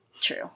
True